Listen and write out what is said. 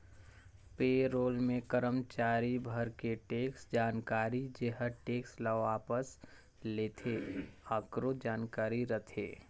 पे role मे करमाचारी भर के टेक्स जानकारी जेहर टेक्स ल वापस लेथे आकरो जानकारी रथे